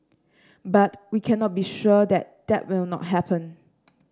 but we cannot be sure that that will not happen